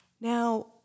Now